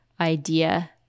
idea